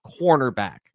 cornerback